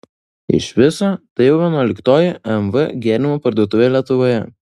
iš viso tai jau vienuoliktoji mv gėrimų parduotuvė lietuvoje